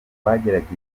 bagerageje